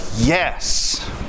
yes